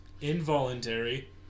involuntary